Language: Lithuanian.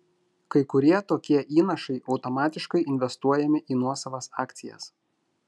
kai kurie tokie įnašai automatiškai investuojami į nuosavas akcijas